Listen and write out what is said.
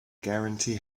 guarantee